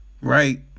right